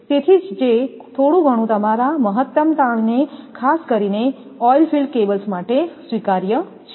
તેથી જે થોડું ઘણું તમારા મહત્તમ તાણને ખાસ કરીને ઓઇલ ફિલ્ડ કેબલ્સ માટે સ્વીકાર્ય છે